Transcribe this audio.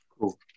Cool